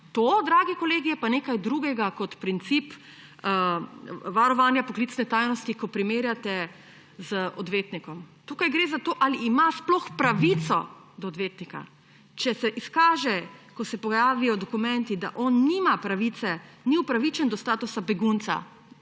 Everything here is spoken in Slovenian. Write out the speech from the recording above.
To, dragi kolegi, je pa nekaj drugega kot princip varovanja poklicne tajnosti, ko primerjate z odvetnikom. Tukaj gre za to, ali ima sploh pravico do odvetnika, če se izkaže, ko se pojavijo dokumenti, da on nima pravice, ni upravičen do statusa begunca,